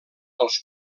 els